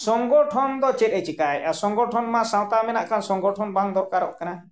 ᱥᱚᱝᱜᱚᱴᱷᱚᱱ ᱫᱚ ᱪᱮᱫ ᱮ ᱪᱤᱠᱟᱭᱮᱜᱼᱟ ᱥᱚᱝᱜᱚᱴᱷᱚᱱ ᱢᱟ ᱥᱟᱶᱛᱟ ᱢᱮᱱᱟᱜ ᱠᱷᱟᱱ ᱥᱚᱝᱜᱚᱴᱷᱚᱱ ᱵᱟᱝ ᱫᱚᱨᱠᱟᱨᱚᱜ ᱠᱟᱱᱟ